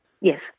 Yes